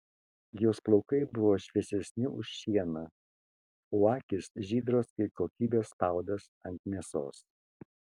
jos plaukai buvo šviesesni už šieną o akys žydros kaip kokybės spaudas ant mėsos